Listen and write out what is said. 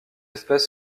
espèce